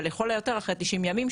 אבל לכל היותר אחרי 90 ימים,